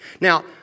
Now